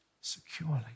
securely